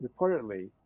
reportedly